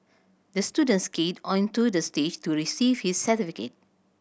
the student skated onto the stage to receive his certificate